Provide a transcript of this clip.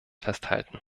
festhalten